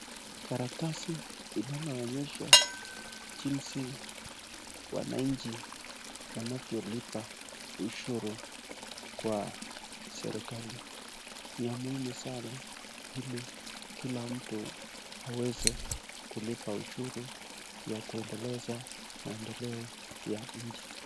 Karatasi inaloonyesha jinsi wananchi wanavyolipa ushuru kwa serekali, ni ya muhimu sana ili kila mtu aweze kulipa ushuru ya kuendeleza maendeleo ya nchi.